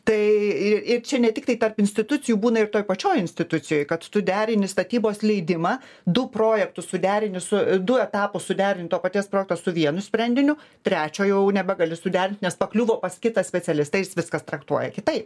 tai ir ir čia ne tiktai tarp institucijų būna ir toj pačioj institucijoj kad tu derini statybos leidimą du projektus suderinus su du etapus suderini to paties projekto su vienu sprendiniu trečio jau nebegali suderinti nes pakliuvo pas kitą specialistą jis viskas traktuoja kitaip